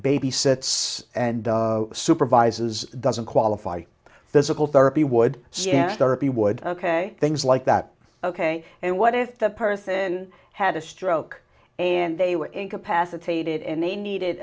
babysits and supervises doesn't qualify physical therapy would be would say things like that ok and what if the person had a stroke and they were incapacitated and they needed